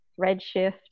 redshift